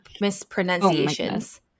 mispronunciations